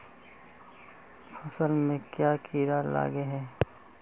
फसल में क्याँ कीड़ा लागे है?